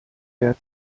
der